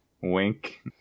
Wink